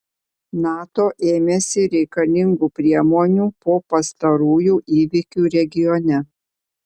nato ėmėsi reikalingų priemonių po pastarųjų įvykių regione